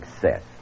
success